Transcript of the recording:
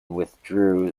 withdrew